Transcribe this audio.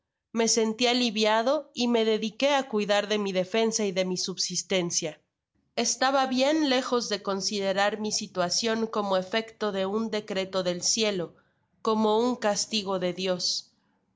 me senti aliviado y me dediqué á cuidar de mi defensa y de mi subsistencia estaba bien lejos de considerar mi situacion como efecto de un decreto del cielo como un castigo de dios